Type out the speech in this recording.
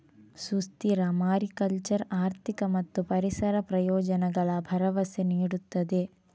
ಸುಸ್ಥಿರ ಮಾರಿಕಲ್ಚರ್ ಆರ್ಥಿಕ ಮತ್ತು ಪರಿಸರ ಪ್ರಯೋಜನಗಳ ಭರವಸೆ ನೀಡುತ್ತದೆ